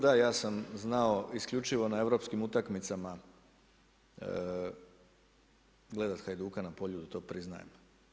Da ja sam znao isključivo na europskim utakmicama gledati Hajduka na Poljudu, to priznajem.